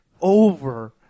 Over